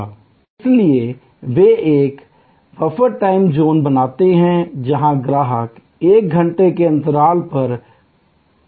इसलिए वे एक बफर टाइम ज़ोन बनाते हैं ताकि ग्राहक एक घंटे के अंतराल पर पहुंच सके